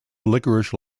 licorice